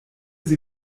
sie